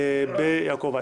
ביעקב אייכלר.